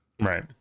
Right